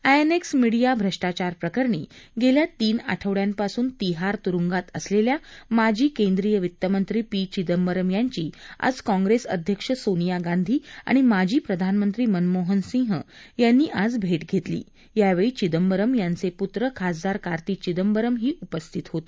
INX media भ्रष्ट्राचार प्रकरणी गेल्या तीन आठवड्यांपासून तिहार तुरुंगात असलेल्या माजी केंद्रीय वित्तमंत्री पी चिदंबरम यांची आज काँग्रेस अध्यक्ष सोनिया गांधी आणि माजी प्रधानमंत्री मनमोहन सिंग यांनी आज भेट घेतली यावेळी चिदंबरम यांचे पुत्र खासदार कांती चिदंबरम ही उपस्थित होते